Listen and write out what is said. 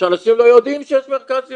שאנשים לא יודעים שיש מרכז יום.